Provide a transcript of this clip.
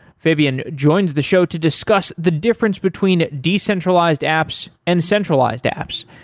fabian joins the show to discuss the difference between decentralized apps and centralized apps,